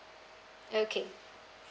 okay